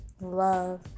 love